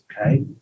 Okay